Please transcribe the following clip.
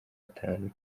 atanu